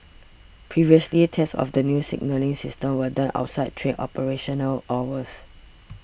previously tests of the new signalling system were done outside train operational hours